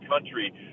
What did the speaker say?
country